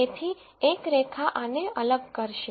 તેથી એક રેખા આને અલગ કરશે